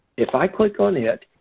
if i click on it,